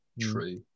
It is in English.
True